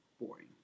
boring